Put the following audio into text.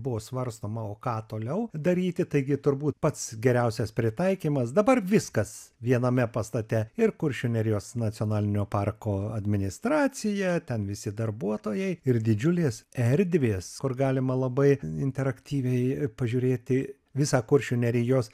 buvo svarstoma o ką toliau daryti taigi turbūt pats geriausias pritaikymas dabar viskas viename pastate ir kuršių nerijos nacionalinio parko administracija ten visi darbuotojai ir didžiulės erdvės kur galima labai interaktyviai pažiūrėti visą kuršių nerijos